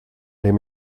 dem